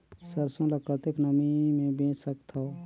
सरसो ल कतेक नमी मे बेच सकथव?